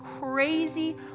crazy